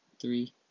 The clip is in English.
three